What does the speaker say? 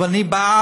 אבל אני בעד.